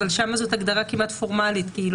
אבל שם זו הגדרה כמעט פורמלית כי היא